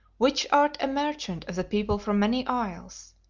which art a merchant of the people from many isles.